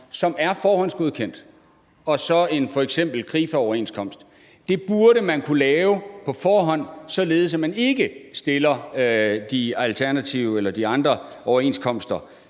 som er forhåndsgodkendt, og så f.eks. en Krifa-overenskomst. Det burde man kunne lave på forhånd, således at man ikke stiller de alternative eller de andre overenskomster